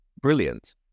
brilliant